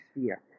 sphere